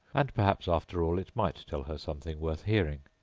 and perhaps after all it might tell her something worth hearing.